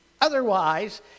Otherwise